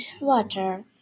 water